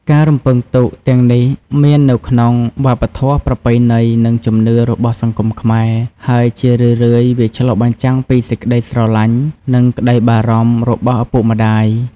ការរំពឹងទុកទាំងនេះមាននៅក្នុង វប្បធម៌ ប្រពៃណី និងជំនឿ របស់សង្គមខ្មែរ ហើយជារឿយៗវាឆ្លុះបញ្ចាំងពីសេចក្ដីស្រឡាញ់ និងក្ដីបារម្ភរបស់ឪពុកម្ដាយ។